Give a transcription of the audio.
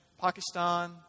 Pakistan